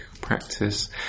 practice